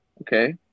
Okay